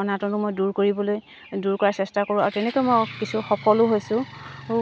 অনাতনো মই দূৰ কৰিবলৈ দূৰ কৰা চেষ্টা কৰোঁ আৰু তেনেকৈ মই কিছু সফলো হৈছোঁ ও